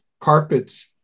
carpets